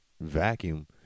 vacuum